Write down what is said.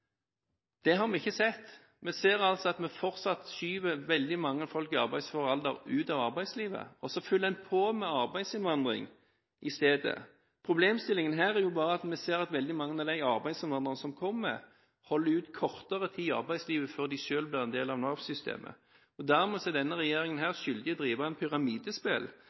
ut av arbeidslivet, og så fyller en på med arbeidsinnvandring i stedet. Problemstillingen er at vi ser at veldig mange av arbeidsinnvandrerne som kommer, holder ut kortere tid i arbeidslivet før de selv blir en del av Nav-systemet. Dermed er denne regjeringen skyldig i å drive et pyramidespill